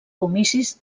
comicis